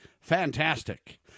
fantastic